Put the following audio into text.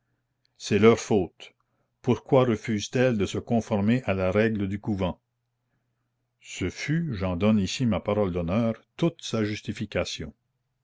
c'est leur faute pourquoi refusent elles de se conformer à la règle du couvent ce fut j'en donne ici ma parole d'honneur toute sa justification